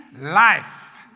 Life